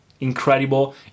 incredible